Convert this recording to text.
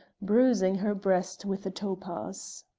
bruising her breast with the topaz.